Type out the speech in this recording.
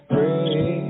Free